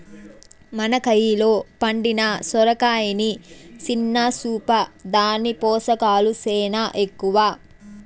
మన కయిలో పండిన సొరకాయని సిన్న సూపా, దాని పోసకాలు సేనా ఎక్కవ